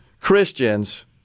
Christians